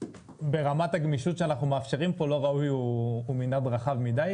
ברמת הגמישות שאנחנו מאפשרים פה "לא ראוי" הוא מנעד רחב מידי.